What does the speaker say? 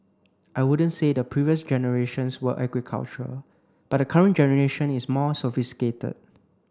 I wouldn't say the previous generations were agricultural but the current generation is more sophisticated